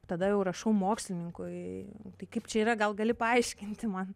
tada jau rašau mokslininkui tai kaip čia yra gal gali paaiškinti man